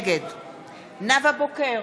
נגד נאוה בוקר,